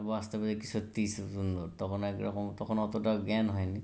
আর বাস্তবে সত্যি স তখন এক রকম তখন অতটা জ্ঞান হয় নি